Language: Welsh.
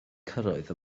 cyrraedd